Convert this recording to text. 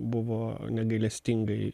buvo negailestingai